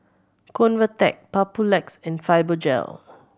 Convatec Papulex and Fibogel